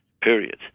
period